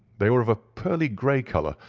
they were of a pearly grey colour,